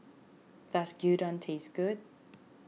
does Gyudon taste good